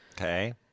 Okay